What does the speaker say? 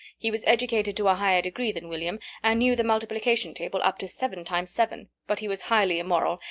he was educated to a higher degree than william, and knew the multiplication table up to seven times seven, but he was highly immoral,